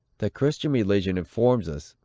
the christian religion informs us,